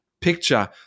picture